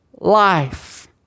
life